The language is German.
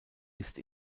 ist